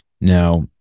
now